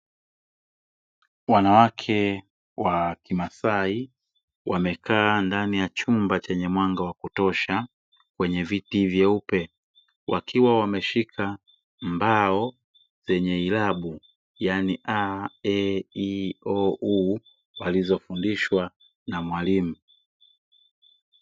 Wanawake wa kimasai wamekaa ndani ya chumba chenye mwanga wa kutosha chenye viti vyeupe, wakiwa wameshika mbao zenye ilabu yani (a e i o u) walizofundishwa na mwalimu.